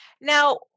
Now